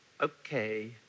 okay